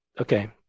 Okay